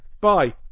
Bye